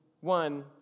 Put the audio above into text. one